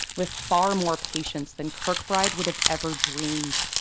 with far more patients than kirkbride would've ever dreamed.